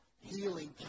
healing